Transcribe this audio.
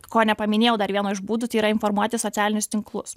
ko nepaminėjau dar vieno iš būdų tai yra informuoti socialinius tinklus